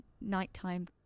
nighttime